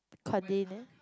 continue